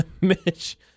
Mitch